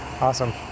Awesome